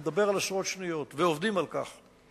אני מדבר על עשרות שניות, ועובדים על כך,